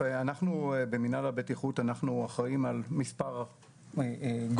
במינהל הבטיחות אנחנו אחראים על מספר גורמים.